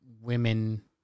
women